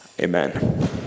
Amen